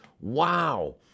Wow